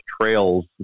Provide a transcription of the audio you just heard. trails